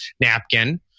napkin